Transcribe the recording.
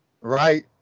right